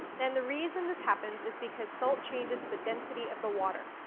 then the reason this happens is because salt changes the density of the water.